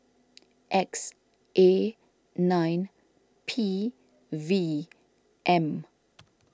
X A nine P V M